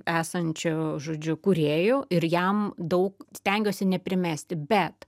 esančio žodžiu kūrėju ir jam daug stengiuosi neprimesti bet